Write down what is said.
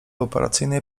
operacyjnej